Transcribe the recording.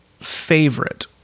favorite